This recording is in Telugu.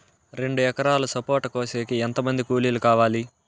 రెండు ఎకరాలు సపోట కోసేకి ఎంత మంది కూలీలు కావాలి?